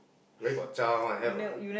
where got child one have ah